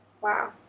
wow